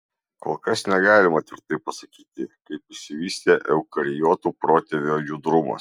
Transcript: kol kas negalima tvirtai pasakyti kaip išsivystė eukariotų protėvio judrumas